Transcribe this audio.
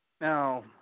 Now